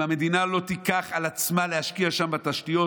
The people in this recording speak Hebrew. אם המדינה לא תיקח על עצמה להשקיע שם בתשתיות,